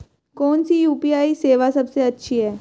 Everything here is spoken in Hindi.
कौन सी यू.पी.आई सेवा सबसे अच्छी है?